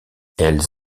elles